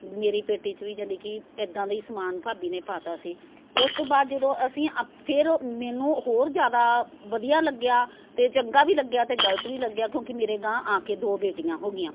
ਮੇਰੀ ਪੇਟੀ 'ਚ ਵੀ ਯਾਨੀ ਕਿ ਇੱਦਾਂ ਦਾ ਹੀ ਸਮਾਨ ਮੇਰੀ ਭਾਬੀ ਨੇ ਪਾ ਤਾ ਸੀ ਉਸ ਤੋਂ ਬਾਅਦ ਜਦੋਂ ਅਸੀਂ ਆਪ ਫਿਰ ਮੈਨੂੰ ਹੋਰ ਜ਼ਿਆਦਾ ਵਧੀਆ ਲੱਗਿਆ ਅਤੇ ਚੰਗਾ ਵੀ ਲੱਗਿਆ ਅਤੇ ਗਲਤ ਵੀ ਲੱਗਿਆ ਕਿਉਂਕਿ ਮੇਰੇ ਅਗਾਂਹ ਆ ਕੇ ਦੋ ਬੇਟੀਆਂ ਹੋ ਗਈਆਂ